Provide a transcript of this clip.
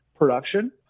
production